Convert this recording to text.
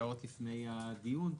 שעות לפני הדיון.